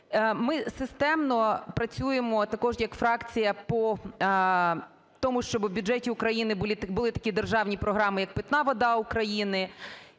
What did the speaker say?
Ми системно працюємо також як фракція по тому, щоб у бюджеті України були такі державні програми, такі як "Питна вода України".